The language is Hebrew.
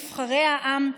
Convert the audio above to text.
נבחרי העם,